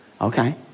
Okay